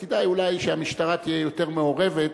אז כדאי אולי שהמשטרה תהיה יותר מעורבת,